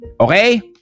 Okay